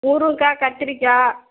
முருங்கக்கா கத்திரிக்காய்